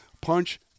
Punch